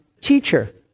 teacher